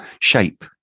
shape